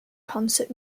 concert